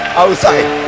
outside